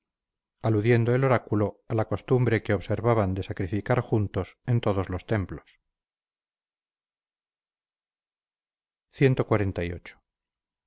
aludiendo el oráculo a la costumbre que observaban de sacrificar juntos en todos los templos cxlviii reinando pues